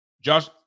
Josh